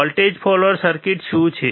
voltage follower circuit શું છે